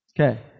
Okay